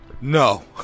No